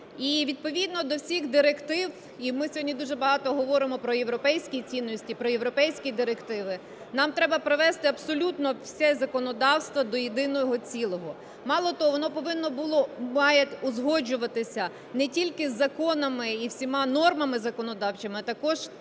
І відповідно до всіх директив, і ми сьогодні дуже багато говоримо про європейські цінності, про європейські директиви, нам треба провести абсолютно все законодавство до єдиного цілого. Мало того, воно повинно було, мало б узгоджуватися не тільки законами і всіма нормами законодавчими, а також як